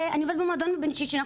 אני עובדת במועדון הבנצ'יצ'י.